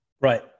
Right